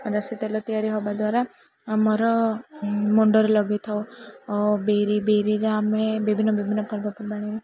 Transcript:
ରାଶି ତେଲ ତିଆରି ହେବା ଦ୍ୱାରା ଆମର ମୁଣ୍ଡରେ ଲଗାଇଥାଉ ଓ ବିରି ବିରିରେ ଆମେ ବିଭିନ୍ନ ବିଭିନ୍ନ ପର୍ବପର୍ବାଣୀ